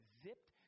zipped